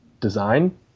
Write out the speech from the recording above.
design